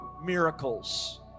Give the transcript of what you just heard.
Miracles